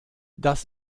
das